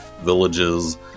villages